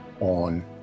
on